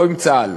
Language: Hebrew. לא עם צה"ל,